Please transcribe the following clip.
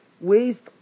waste